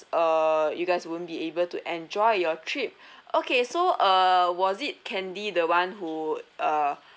uh you guys won't be able to enjoy your trip okay so uh was it candy the [one] who uh